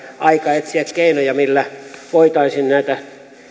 aika etsiä keinoja millä voitaisiin näitä